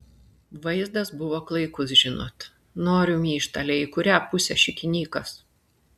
vaizdas buvo klaikus žinot noriu myžt ale į kurią pusę šikinykas